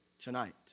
tonight